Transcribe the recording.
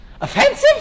Offensive